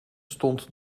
stond